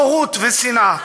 בורות ושנאה.